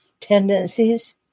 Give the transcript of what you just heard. tendencies